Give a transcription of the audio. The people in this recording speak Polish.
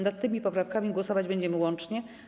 Nad tymi poprawkami głosować będziemy łącznie.